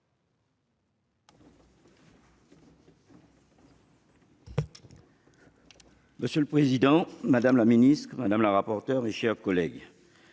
Monsieur le président, madame la ministre, madame la rapporteure, mes chers collègues,